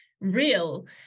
real